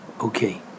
Okay